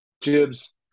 Jibs